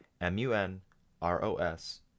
M-U-N-R-O-S